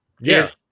Yes